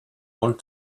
want